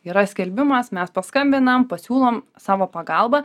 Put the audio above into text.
yra skelbimas mes paskambinam pasiūlom savo pagalbą